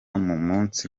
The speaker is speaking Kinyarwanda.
umunsi